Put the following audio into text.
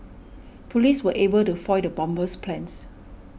police were able to foil the bomber's plans